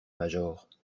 major